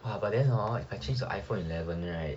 !wah! but then hor if I change to iphone eleven right